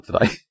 today